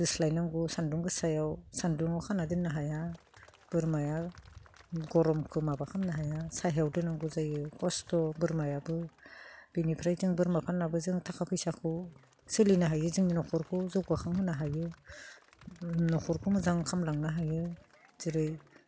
दोस्लायनांगौ सान्दुं गोसायाव सान्दुङाव खाना दोननो हाया बोरमाया गरमखौ माबा खालामनो हाया सायआव दोननांगौ जायो खस्त' बोरमायाबो बेनिफ्राय जों बोरमा फाननाबो जों थाखा फैसाखौ सोलिनो हायो जोंनि न'खरखौ जौगाखां होनो हायो न'खरखौ मोजां खालामलांनो हायो जेरै